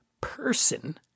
person